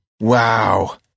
wow